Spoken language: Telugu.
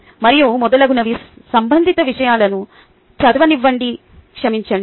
మరియు మొదలగునవి సంబంధిత విషయాలను చదవనివ్వండి క్షమించండి